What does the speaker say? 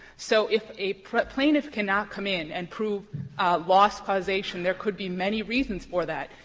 so if a plaintiff cannot come in and prove loss causation, there could be many reasons for that.